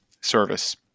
service